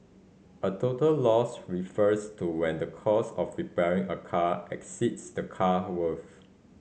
a total loss refers to when the cost of repairing a car exceeds the car worth